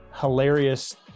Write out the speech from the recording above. hilarious